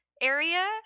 area